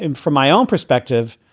and from my own perspective,